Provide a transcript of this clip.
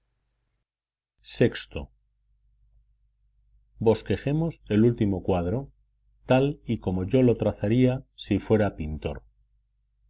ellas vi bosquejemos el último cuadro tal y como yo lo trazaría si fuera pintor